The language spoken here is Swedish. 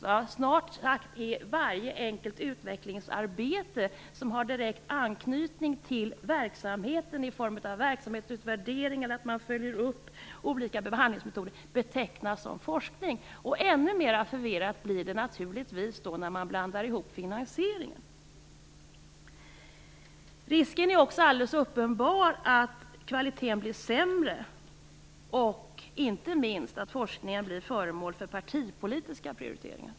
Som forskning betecknas snart sagt varje enkelt utvecklingsarbete som har direkt anknytning till verksamheten, t.ex. verksamhetsutvärdering, att man följer upp olika behandlingsmetoder. Ännu mer förvirrat blir det naturligtvis när man blandar in finansieringen. Det finns också en alldeles uppenbar risk att kvaliteten blir sämre och - inte minst - att forskningen blir föremål för partipolitiska prioriteringar.